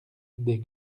des